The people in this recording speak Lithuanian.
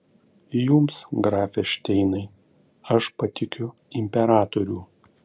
jums grafe šteinai aš patikiu imperatorių